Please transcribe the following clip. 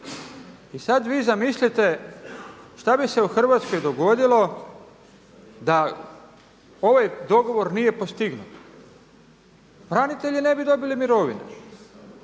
I sad vi zamislite šta bi se u Hrvatskoj dogodilo da ovaj dogovor nije postignut? Branitelji ne bi dobili mirovine.